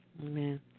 amen